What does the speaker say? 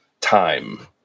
time